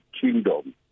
kingdom